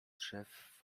drzew